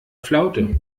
flaute